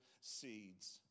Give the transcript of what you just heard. seeds